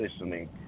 listening